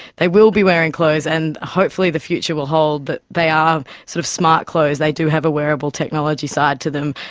they will be wearing clothes, and hopefully the future will hold that they are sort of smart clothes, they do have a wearable technology side to them.